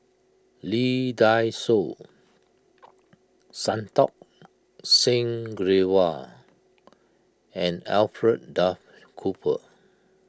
Lee Dai Soh Santokh Singh Grewal and Alfred Duff Cooper